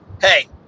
Hey